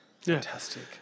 fantastic